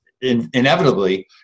inevitably